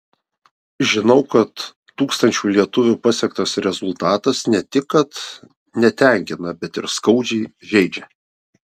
žinau kad tūkstančių lietuvių pasiektas rezultatas ne tik kad netenkina bet ir skaudžiai žeidžia